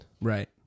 Right